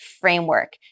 framework